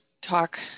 talk